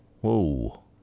Whoa